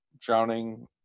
drowning